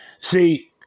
See